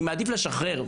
אני מעדיף לשחרר,